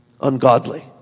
ungodly